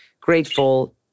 grateful